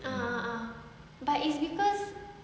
ah ah ah but it's cause